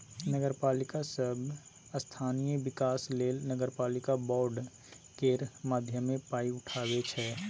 नगरपालिका सब स्थानीय बिकास लेल नगरपालिका बॉड केर माध्यमे पाइ उठाबै छै